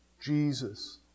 Jesus